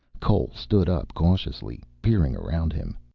cole stood up cautiously, peering around him.